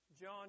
John